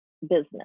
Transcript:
business